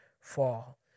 fall